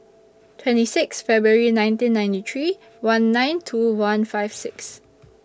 twenty six February nineteen ninety three one nine two one five six